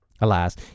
alas